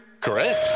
Correct